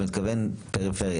אבל אני מתכוון לפריפריה.